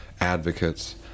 advocates